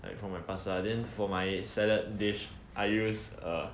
like for my pasta and then for my salad dish I use err